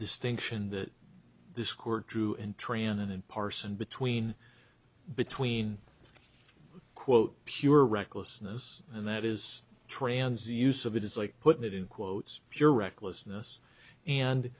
distinction that this court drew intranet and parse and between between quote pure recklessness and that is transients of it is like putting it in quotes pure recklessness and